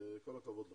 כל הכבוד לכם.